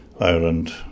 Ireland